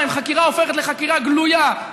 אם חקירה הופכת לחקירה גלויה,